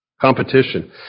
competition